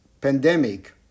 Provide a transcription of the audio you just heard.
pandemic